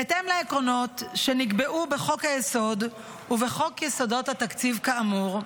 "בהתאם לעקרונות שנקבעו בחוק-היסוד ובחוק יסודות התקציב כאמור,